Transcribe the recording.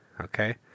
Okay